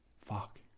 fuck